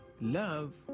Love